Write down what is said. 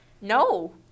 no